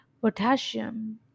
potassium